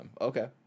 Okay